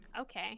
Okay